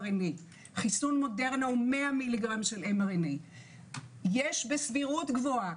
MRNA. חיסון מודרנה הוא 100 מ"ג של MRNA. יש בסבירות גבוהה,